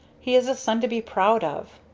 he is a son to be proud of.